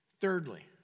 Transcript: Thirdly